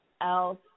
else